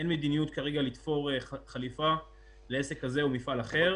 אין מדיניות כרגע לתפור חליפה לעסק כזה או מפעל אחר,